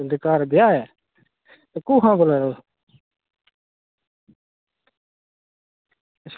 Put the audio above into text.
घर गै ते कुत्थां बुलानै